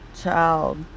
child